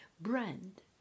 brand